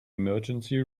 emergency